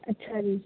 ਅੱਛਾ ਜੀ